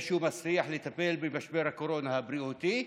שהוא מצליח לטפל במשבר הקורונה הבריאותי,